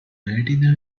retinal